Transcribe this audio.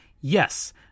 Yes